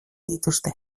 dituzte